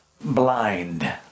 blind